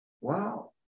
Wow